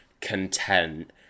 content